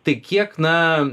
tai kiek na